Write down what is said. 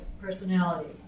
personality